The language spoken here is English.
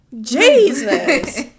Jesus